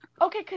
Okay